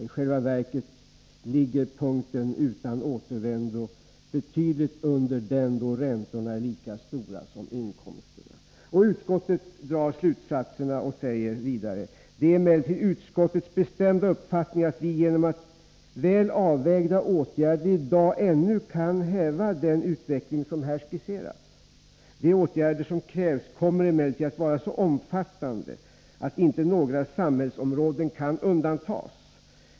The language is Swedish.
I själva verket inträffar den tidpunkt då ingen återvändo finns betydligt tidigare än när räntorna blir lika stora som inkomsterna.” Utskottet drar slutsatserna och säger: ”Det är emellertid utskottets betämda uppfattning att vi genom väl avvägda åtgärder i dag ännu kan häva den utveckling som här skisserats. De åtgärder som krävs kommer emellertid att vara så omfattande att inte några samhällsområden kan undantas.